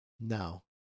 no